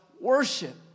worship